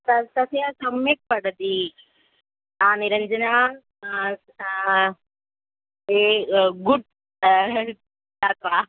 तस् तस्य सम्यक् पठति निरञ्जना ए गुड् हेल्प् ताप